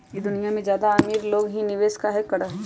ई दुनिया में ज्यादा अमीर लोग ही निवेस काहे करई?